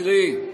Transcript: תראי,